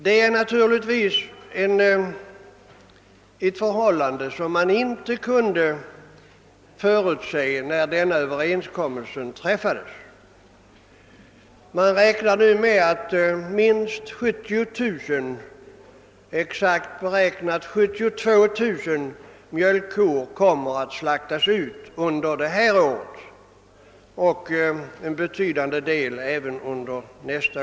Detta kunde naturligtvis inte förutses när överenskommelsen träffades. Man räknar nu med att ca 72 000 mjölkkor kommer att slaktas under innevarande år och ett betydande antal även under nästa.